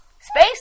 Space